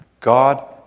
God